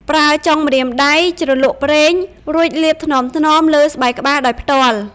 ប្រើចុងម្រាមដៃជ្រលក់ប្រេង រួចលាបថ្នមៗលើស្បែកក្បាលដោយផ្ទាល់។